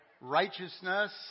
Righteousness